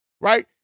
right